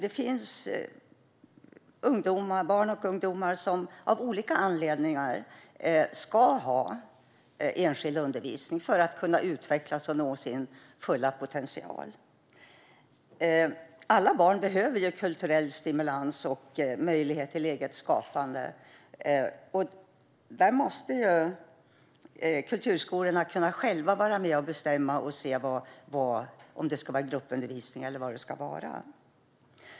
Det finns barn och ungdomar som av olika anledningar ska ha enskild undervisning för att kunna utvecklas och kunna nå sin fulla potential. Alla barn behöver kulturell stimulans och möjlighet till eget skapande. Där måste kulturskolorna själva kunna vara med och bestämma om det ska vara gruppundervisning eller vad det ska vara.